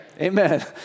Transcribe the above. amen